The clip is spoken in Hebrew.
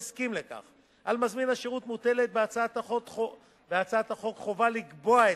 על מזמין השירות מוטלת בהצעת החוק חובה לקבוע אצלו,